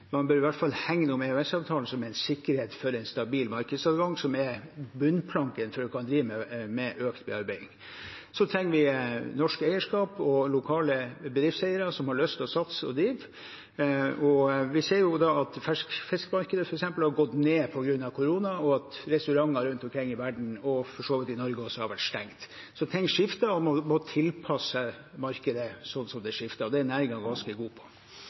Man bør i hvert fall hegne om EØS-avtalen, som er en sikkerhet for en stabil markedsadgang – som er bunnplanken for å kunne drive med økt bearbeiding. Så trenger vi norsk eierskap og lokale bedriftseiere som har lyst til å satse og drive. Vi ser da at f.eks. ferskfiskmarkedet har gått ned på grunn av korona, og at restauranter rundt omkring i verden – for så vidt i Norge også – har vært stengt. Ting skifter, og man må tilpasse seg markedet sånn som det skifter. Det er næringen ganske god på.